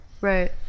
Right